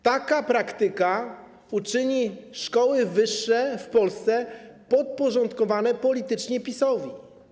Taka praktyka uczyni szkoły wyższe w Polsce podporządkowanymi politycznie PiS-owi.